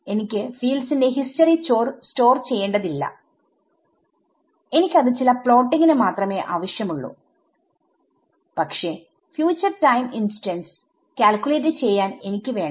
എനിക്ക് ഫീൽഡ്സിന്റെ history store ചെയ്യേണ്ടതില്ല എനിക്ക് അത് ചില പ്ലോട്ടിങ്ന് മാത്രമേ ആവശ്യമുള്ളൂ പക്ഷെ ഫ്യൂച്ചർ ടൈം ഇൻസ്റ്റൻസ് കാൽക്യൂലേറ്റ് ചെയ്യാൻ എനിക്ക് വേണ്ട